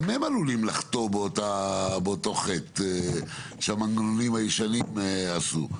גם הם עלולים לחטוא באותו חטא שהמנגנונים הישנים חטאו.